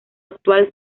actual